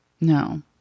No